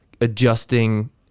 adjusting